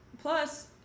Plus